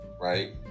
right